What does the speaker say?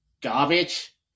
garbage